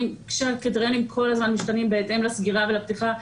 כשהקריטריונים כל הזמן משתנים בהתאם לסגירה ולפתיחה,